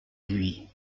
lui